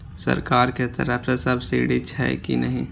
सरकार के तरफ से सब्सीडी छै कि नहिं?